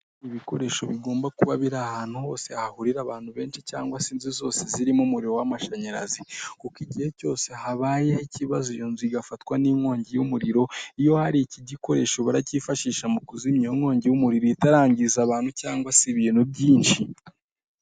Ibikoresho bigomba kuba biri ahantu hose hahurira abantu benshi cyangwa se inzu zose zirimo umuriro w'amashanyarazi kuko igihe cyose habayeho ikibazo, iyo nzu igafatwa n'inkongi y'umuriro iyo hari iki igikoresho baracyifashisha mu kuzimya, iyo inkongi y'umuriro itarangiza abantu cyangwa se ibintu byinshi.